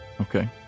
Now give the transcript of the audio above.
Okay